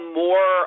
more